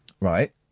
right